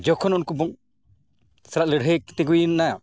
ᱡᱚᱠᱷᱚᱱ ᱩᱱᱠᱩ ᱥᱟᱞᱟᱜ ᱞᱟᱹᱲᱦᱟᱹᱭ ᱛᱮ ᱦᱩᱭᱱᱟ